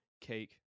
cake